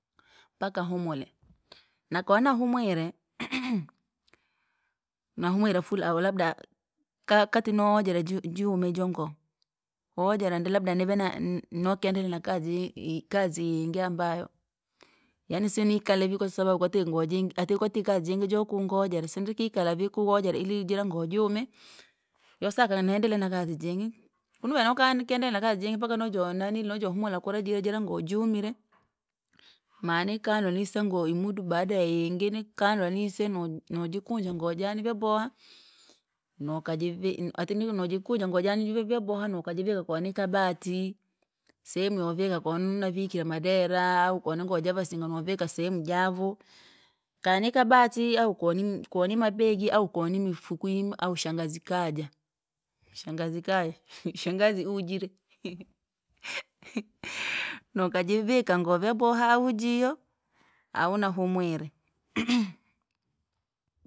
Mpaka humule. Nako nahumwire nahumwire fula auu labda ka- kati noojire juu jume ijo ingo, wojera ndiri labda nive na- na- nokendelea na kazi i- ikazi yingi ambayo, yaani si nikale vii kwasababu kwati ngoo jingi ati kwatite kazi jingi jokungojera sindrikikala vii kawojera ili jira ngoo juume. Yosaka nendelee nakazi jingi, kunu venokani kenderea na kazi jingi mpaka nojonaniliu najohumula kura jii jira ngoo jumire, manika nurise ngoo imudu baada ya- yingi ni kanwanise nu- nujikunja ngoo jani. Nokajivi m- ati ni nojikunja ngoo jani uvevyaboha nokajivika konikabati, sehemu yovika konu vikire maderaa au koni ngoo javasinga novika sehemu javu. Kanikabati? Au kon- konimabegi, au konimifukwi, au shangazi kaja, shangazi kaja, shangazi ujire, nakajivika ngoo vyaboha ahu jiyo, au nahumwire.